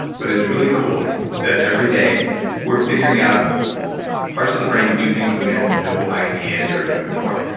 but it's really cool that everyday we're figuring out parts of the brain do things that we had no idea they were doing before.